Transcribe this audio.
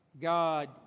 God